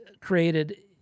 created